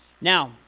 Now